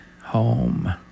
home